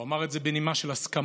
הוא אמר את זה בנימה של הסכמה,